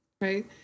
Right